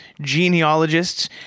genealogists